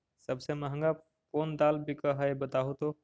सबसे महंगा कोन दाल बिक है बताहु तो?